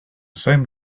same